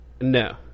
No